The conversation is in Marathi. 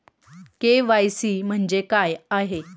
के.वाय.सी म्हणजे काय आहे?